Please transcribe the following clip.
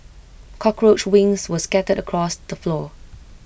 cockroach wings were scattered across the floor